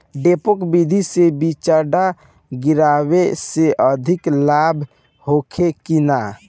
डेपोक विधि से बिचड़ा गिरावे से अधिक लाभ होखे की न?